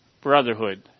brotherhood